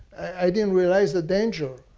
i didn't realize the danger.